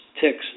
ticks